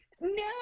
No